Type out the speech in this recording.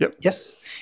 Yes